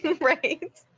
right